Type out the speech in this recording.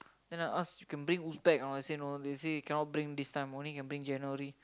then I ask you can bring wolf tag they said no they said cannot bring this time only can bring January